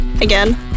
again